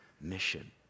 mission